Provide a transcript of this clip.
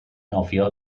nofio